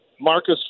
Marcus